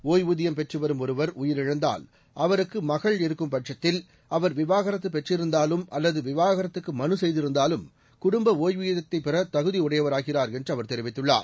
ஓய்வூதியம் பெற்று வரும் ஒருவர் உயிரிழந்தால் அவருக்கு மகள் இருக்கும் பட்சத்தில் அவர் விவாகரத்து பெற்றிருந்தாலும் அல்லது விவாகரத்துக்கு மனு செய்திருந்தாலும் குடும்ப ஒய்வூதியத்தைப் பெற தகுதி உடையவராகிறார் என்று அவர் தெரிவித்துள்ளார்